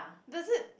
does it